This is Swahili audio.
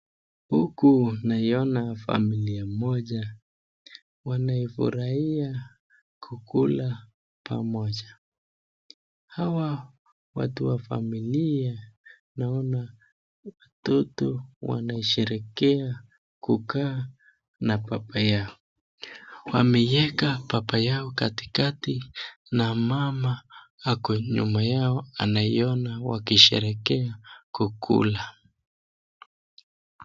Huku naiona familia moja ,wanaifurahia kukula pamoja hawa watu wa familia naona watoto wanasherehekea kukaa na baba yao .Wameweka baba yao katikati na mama ako nyuma yao anaiona wakisherehekea kukula.